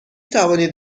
توانید